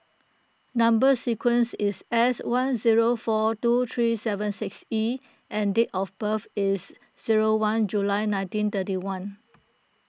Number Sequence is S one zero four two three seven six E and date of birth is zero one July nineteen thirty one